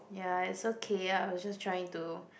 ya it's okay I was just trying to